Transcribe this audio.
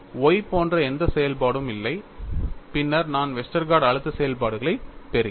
Y போன்ற எந்த செயல்பாடும் இல்லை பின்னர் நான் வெஸ்டர்கார்ட் அழுத்த செயல்பாடுகளைப் பெறுகிறேன்